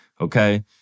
okay